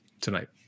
tonight